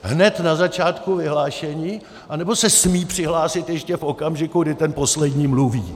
Hned na začátku vyhlášení, anebo se smí přihlásit ještě v okamžiku, kdy ten poslední mluví?